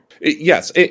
Yes